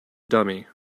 dummy